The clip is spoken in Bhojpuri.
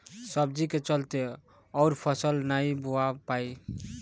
सब्जी के चलते अउर फसल नाइ बोवा पाई